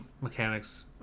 mechanics